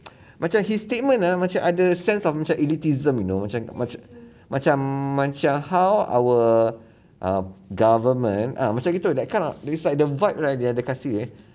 macam his statement ah macam ada sense of macam elitism you know macam macam macam how our err government ah macam gitu that kind of it's like the vibe right there the dia kasih ya